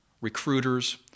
recruiters